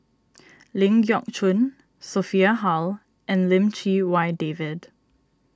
Ling Geok Choon Sophia Hull and Lim Chee Wai David